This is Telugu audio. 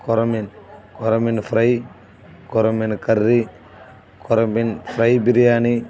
కొరమిన కొరమిన ఫ్రై కొరమిన కర్రీ కొరమిన ఫ్రై బిర్యానీ